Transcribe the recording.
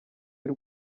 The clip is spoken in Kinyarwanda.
y’u